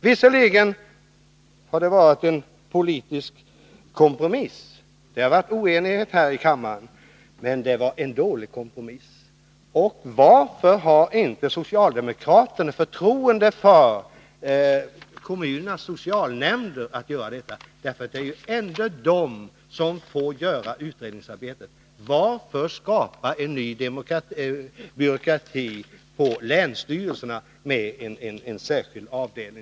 Visserligen rör det sig om en politisk kompromiss — det har varit oenighet här i kammaren — men det blev en dålig kompromiss. Varför har inte socialdemokraterna förtroende för kommunernas socialnämnder? Det är ändå dessa som får göra utredningsarbetet. Varför skapa mer byråkrati på länsstyrelserna genom att inrätta en särskild avdelning?